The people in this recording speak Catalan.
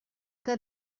que